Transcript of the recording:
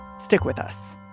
stick with us